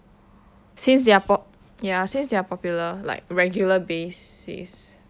since they are pop ya since they are popular like regular basis